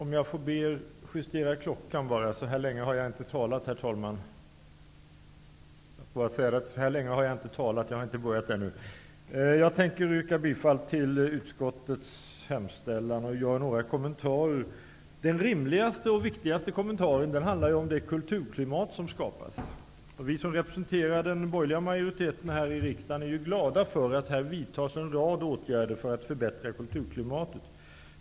Herr talman! Jag tänker yrka bifall till utskottets hemställan och göra några kommentarer. Den rimligaste och viktigaste kommentaren handlar om det kulturklimat som skapas. Vi som representerar den borgerliga majoriteten här i riksdagen är glada för att det vidtas en rad åtgärder för att förbättra kulturklimatet.